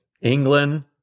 England